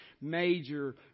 major